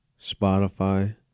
Spotify